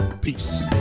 peace